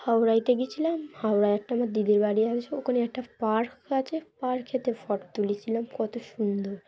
হাওড়াইতে গিয়েছিলাম হাওড়ায় একটা আমার দিদির বাড়ি আছে ওখানে একটা পার্ক আছে পার্ক এতে ফটো তুুলছিলাম কত সুন্দর